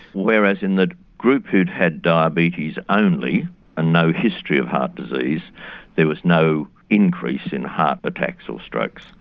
whereas in the group who'd had diabetes only and no history of heart disease there was no increase in heart attacks or strokes.